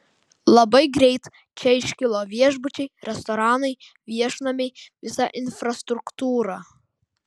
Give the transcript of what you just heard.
labai greit čia iškilo viešbučiai restoranai viešnamiai visa infrastruktūra